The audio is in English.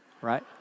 right